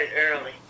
early